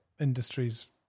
industries